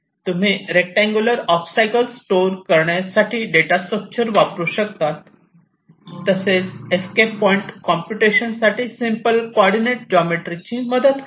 तुम्ही rectangular obstacles store करण्यासाठी data structure वापरू शकतात तसेच एस्केप पॉईंट कॉम्प्युटेशन साठी सिम्पल कॉर्डीनेट जॉमेट्री ची मदत होते